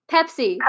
Pepsi